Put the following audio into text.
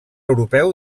europeu